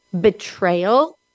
betrayal